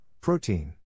Protein